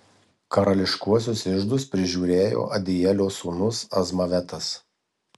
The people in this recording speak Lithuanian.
karališkuosius iždus prižiūrėjo adielio sūnus azmavetas